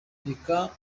reka